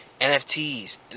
nfts